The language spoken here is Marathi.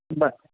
बर